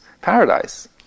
paradise